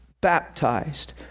baptized